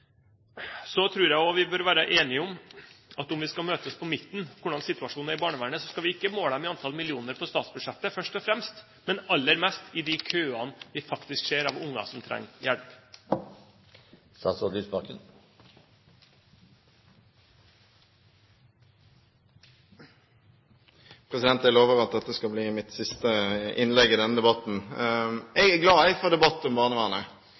Så tror jeg at vi bør være enige om at dersom vi skal møtes på midten om hvordan situasjonen i barnevernet er, så skal vi ikke først og fremst måle det i antall millioner på statsbudsjettet, men aller mest på de køene vi faktisk ser av unger som trenger hjelp. Jeg lover at dette skal bli mitt siste innlegg i denne debatten. Jeg er glad for debatt om barnevernet.